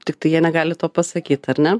tiktai jie negali to pasakyt ar ne